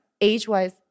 age-wise